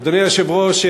אדוני היושב-ראש,